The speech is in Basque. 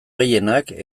gehienak